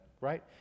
right